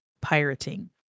pirating